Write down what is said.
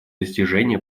достижения